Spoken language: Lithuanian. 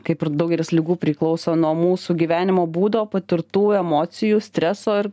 kaip ir daugelis ligų priklauso nuo mūsų gyvenimo būdo patirtų emocijų streso ir